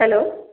hello